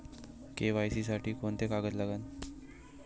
KYC साठी कोंते कागद लागन?